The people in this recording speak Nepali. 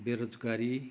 बेरोजगारी